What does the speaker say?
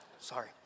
Sorry